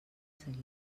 seguida